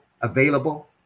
available